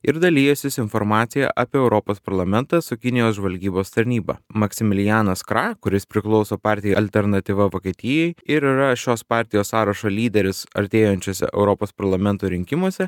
ir dalijęsis informacija apie europos parlamentą su kinijos žvalgybos tarnyba maksimilijanas kra kuris priklauso partijai alternatyva vokietijai ir yra šios partijos sąrašo lyderis artėjančiuose europos parlamento rinkimuose